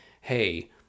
hey